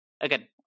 again